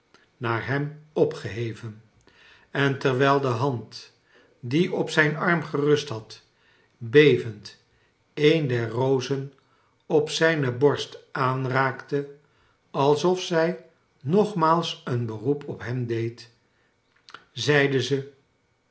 naar hem opgeheven en terwijl de hand die op zijn arm gerust had bevend een der rozen op zijne borst aanraakte alsof zij nogmaals een beroep op hem deed zeide zij